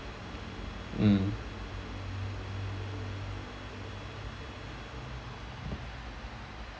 mm